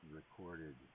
recorded